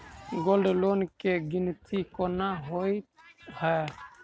Gold loan केँ गिनती केना होइ हय?